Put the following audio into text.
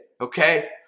Okay